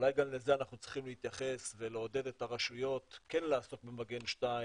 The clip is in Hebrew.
אולי גם לזה אנחנו צריכים להתייחס ולעודד את הרשויות כן לעסוק במגן 2,